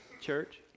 church